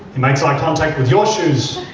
he makes eye-contact with your shoes.